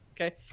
Okay